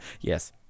Yes